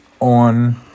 on